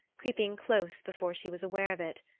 creeping close before she was aware of it.